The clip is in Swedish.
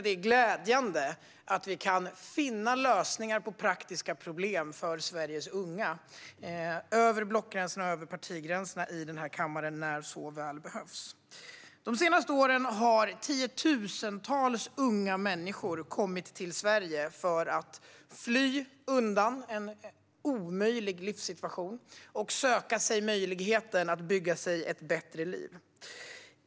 Det är glädjande att vi över blockgränsen och över partigränserna här i kammaren kan finna lösningar på praktiska problem för Sveriges unga när så väl behövs. De senaste åren har tiotusentals unga människor kommit till Sverige efter att ha flytt undan en omöjlig livssituation och för att söka sig möjligheten att bygga sig ett bättre liv.